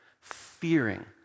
fearing